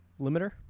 Limiter